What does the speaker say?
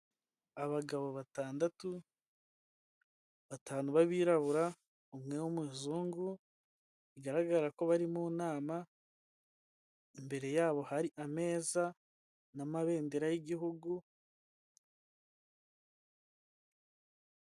Abagabo batandatu, batanu b'abirabura, umwe w'umuzungu, bigaragara ko bari mu nama, imbere yabo hari ameza n'amabendera y'igihugu.